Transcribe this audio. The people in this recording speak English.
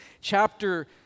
Chapter